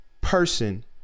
person